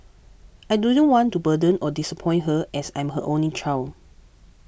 I didn't want to burden or disappoint her as I'm her only child